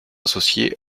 associée